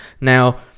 now